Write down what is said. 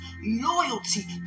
Loyalty